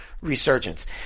resurgence